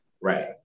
Right